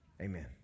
amen